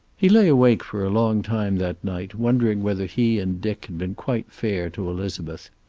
he lay awake for a long time that night, wondering whether he and dick had been quite fair to elizabeth.